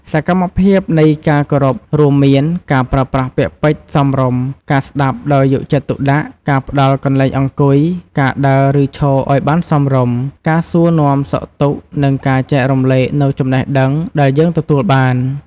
សកម្មភាពនៃការគោរពរួមមាន ការប្រើប្រាស់ពាក្យពេចន៍សមរម្យ ការស្ដាប់ដោយយកចិត្តទុកដាក់ ការផ្ដល់កន្លែងអង្គុយ ការដើរ ឬឈរឱ្យបានសមរម្យ ការសួរនាំសុខទុក្ខនិងការចែករំលែកនូវចំណេះដឹងដែលយើងទទួលបាន។